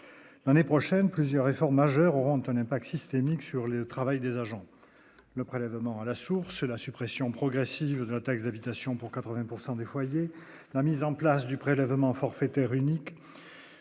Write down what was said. on est prochaine plusieurs efforts majeurs auront un impact systémique sur le travail des agents le prélèvement à la source, la suppression progressive de la taxe d'habitation pour 80 pourcent des foyers, la mise en place du prélèvement forfaitaire unique